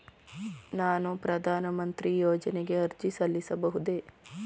ನಾನು ಪ್ರಧಾನ ಮಂತ್ರಿ ಯೋಜನೆಗೆ ಅರ್ಜಿ ಸಲ್ಲಿಸಬಹುದೇ?